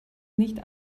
nicht